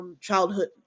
childhood